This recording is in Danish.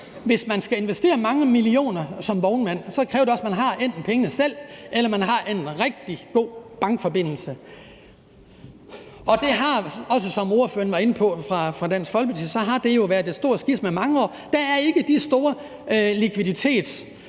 Hvis man skal investere mange millioner som vognmand, kræver det også, at man enten har pengene selv, eller at man har en rigtig god bankforbindelse. Og som ordføreren for Dansk Folkeparti var inde på, har det været et stort skisma i mange år. Der er ikke de store likviditetsbuffere